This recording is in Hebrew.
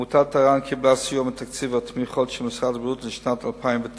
1 2. עמותת ער"ן קיבלה סיוע מתקציב התמיכות של משרד הבריאות לשנת 2009,